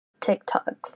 TikToks